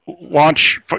launch